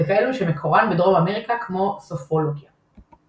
וכאלו שמקורן בדרום אמריקה כמו סופרולוגיה .